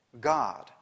God